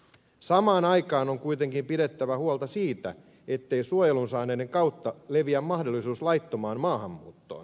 samaan aikaan on kuitenkin pidettävä huolta siitä ettei suojelun saaneiden kautta leviä mahdollisuus laittomaan maahanmuuttoon